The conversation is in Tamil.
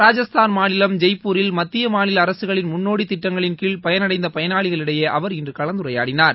ராஜஸ்தான் மாநிலம் ஜெய்ப்பூரில் மத்திய மாநில அரசுகளின் முன்னோடி திட்டங்களின் கீழ் பயனடைந்த பயனாளிகளிடையே அவர் இன்று கலந்துரையாடினார்